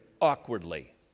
awkwardly